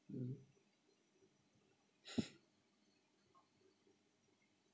mm